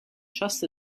just